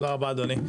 תודה רבה, אדוני.